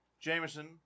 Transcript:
Jameson